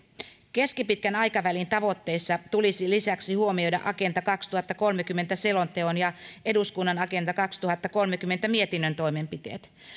keskipitkän aikavälin tavoitteissa tulisi lisäksi huomioida agenda kaksituhattakolmekymmentä selonteon ja eduskunnan agenda kaksituhattakolmekymmentä mietinnön toimenpiteet